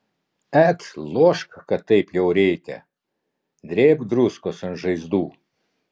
et lošk kad taip jau reikia drėbk druskos ant žaizdų